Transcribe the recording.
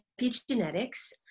epigenetics